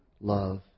love